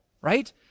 right